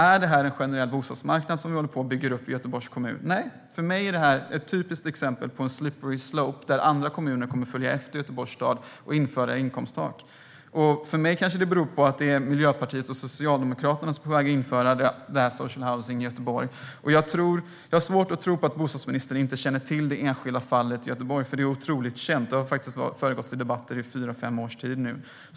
Är det en generell bostadsmarknad som vi håller på att bygga upp i Göteborgs kommun? Nej, för mig är det ett typiskt exempel på en slippery slope, att andra kommuner kommer att följa efter Göteborgs stad och införa inkomsttak. För mig kanske det beror på att det är Miljöpartiet och Socialdemokraterna som är på väg att införa social housing i Göteborg. Jag har svårt att tro att bostadsministern inte känner till det enskilda fallet Göteborg, för det är otroligt känt. Det har faktiskt föregåtts av debatter under fyra fem års tid.